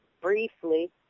briefly